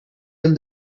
him